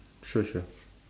sure sure